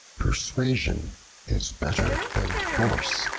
persuasion is better than force.